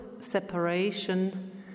separation